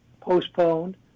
postponed